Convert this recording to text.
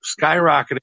skyrocketing